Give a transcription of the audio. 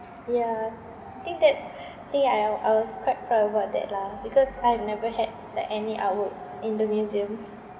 ya I think that I think I I I was quite proud about that lah because I have never had like any artwork in the museums